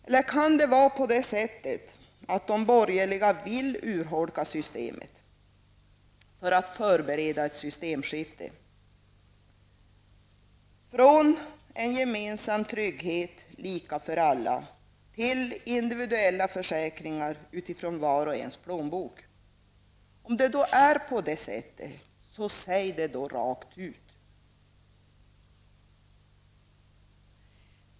Eller kan det vara på det sättet att de borgerliga vill urholka systemet för att förbereda för ett systemskifte -- för en övergång från en gemensam trygghet, lika för alla, till individuella försäkringar för vilka vars och ens plånbok blir avgörande? Om det är på det sättet, säg det då rakt ut!